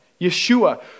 Yeshua